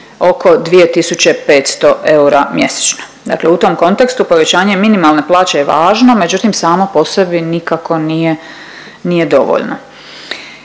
500 eura mjesečno. Dakle, u tom kontekstu povećanje minimalne plaće je važno, međutim samo po sebi nikako nije dovoljno.